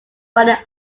running